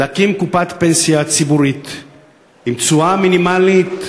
ולחזור ולהקים קופת פנסיה ציבורית עם תשואה מינימלית,